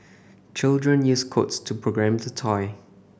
children used codes to program the toy